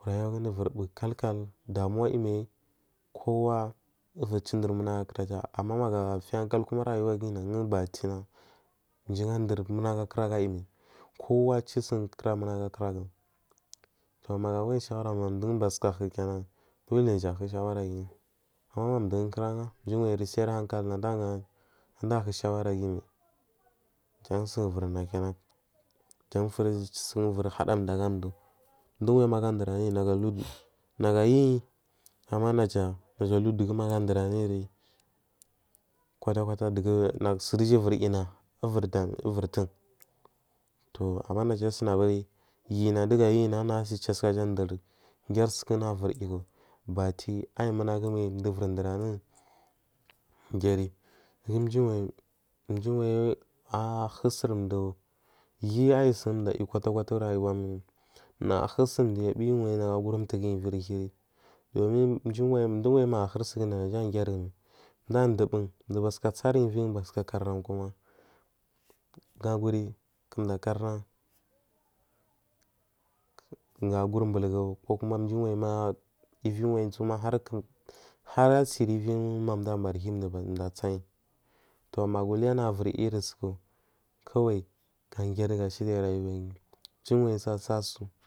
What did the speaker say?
Rayuwaguɗa ivuribu kalkal dumuwa aiyimai kowa ivuri chudur munagu akuraja ama magu afiya haḵal kuma rayuwagu batna mjigu adur munagu arkuragu aiyi kowa chusung kura munagu arkuragu toh magu woyi shawara sukahu kina doli najahu shawaraguyi ama mdugu kuraga mji wayi salri hakal mjiwayi aiyi angamas andahu shawaraguyimai jan suguvurnakina jan suguvuri haɗa mɗu aga mdu mduwayi magu ndur anuyi nagu ayiyi ama naja uhudugu magu adurnuyiri kwata kwata diyusuri duja vuri yina unur tun toh naja sun aburi yudigu yina ivur chu asuskaja grisuna dugumryina bati auyi munagu mai mdu ivuri duranun grri kuji mjiwayi ahur surmdu hi aiyi sur yu kwata kwata urayuwa mai nagu ahuri surmdu biyiwayi mtuguyi ivuri huri dumn mjiwayi magu ahurisunguda girin mai mdu adubun bathuka tsarun ivi bathuka kanan kuman gaguri mdukanan gaguri umbulgu ma mjiwayima ivwanyi ma harsigu vimargh batai to magu uliya nagu viri irisuku kawai gagiyari gashuya rayuwa guyi mijiwayi su asasu.